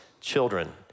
children